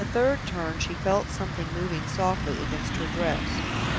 at the third turn, she felt something moving softly against her dress.